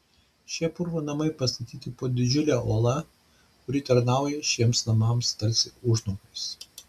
šie purvo namai pastatyti po didžiule uola kuri tarnauja šiems namams tarsi užnugaris